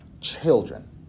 children